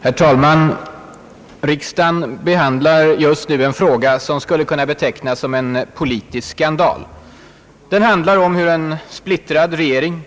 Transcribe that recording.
Herr talman! Riksdagen behandlar just nu en politisk skandal. Den handlar om hur en splittrad regering